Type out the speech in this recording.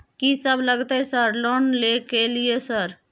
कि सब लगतै सर लोन ले के लिए सर?